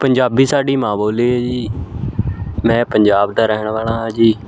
ਪੰਜਾਬੀ ਸਾਡੀ ਮਾਂ ਬੋਲੀ ਹੈ ਜੀ ਮੈਂ ਪੰਜਾਬ ਦਾ ਰਹਿਣ ਵਾਲਾ ਹਾਂ ਜੀ